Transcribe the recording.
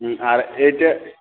হুম আর এইটা